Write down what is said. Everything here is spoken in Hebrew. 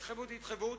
ההתחייבות היא התחייבות,